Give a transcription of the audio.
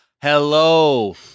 hello